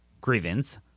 grievance